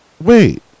wait